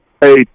Hey